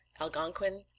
algonquin